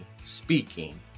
speaking